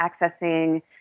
accessing